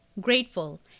grateful